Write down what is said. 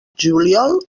juliol